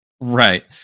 Right